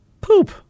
Poop